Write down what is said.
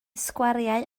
sgwariau